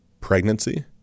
pregnancy